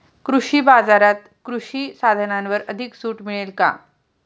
कृषी बाजारात कृषी साधनांवर अधिक सूट मिळेल का?